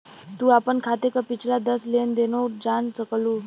तू आपन खाते क पिछला दस लेन देनो जान सकलू